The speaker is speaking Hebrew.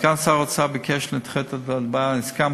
סגן שר האוצר ביקש שנדחה את ההצבעה, הסכמתי,